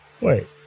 Wait